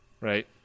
right